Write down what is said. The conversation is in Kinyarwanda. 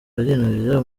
barinubira